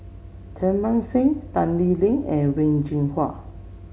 Teng Mah Seng Tan Lee Leng and Wen Jinhua